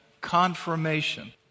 confirmation